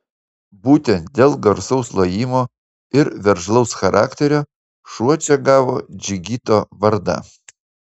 būtent dėl garsaus lojimo ir veržlaus charakterio šuo čia gavo džigito vardą